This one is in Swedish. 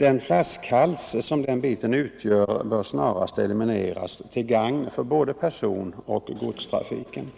Den ”flaskhals” som den biten utgör bör snarast elimineras till gagn för både personoch godstrafiken.